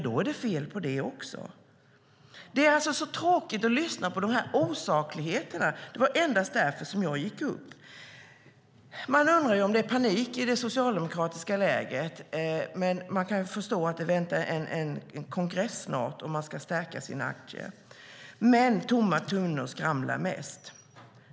Då är det fel på det också. Det är tråkigt att lyssna på de här osakligheterna. Det var endast därför som jag gick upp. Man undrar om det är panik i det socialdemokratiska lägret, men man kan förstå att det väntar en kongress snart, och man ska stärka sina aktier. Men tomma tunnor skramlar mest.